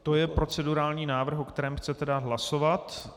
To je procedurální návrh, o kterém chcete dát hlasovat.